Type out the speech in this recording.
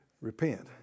repent